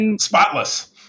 spotless